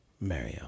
Mario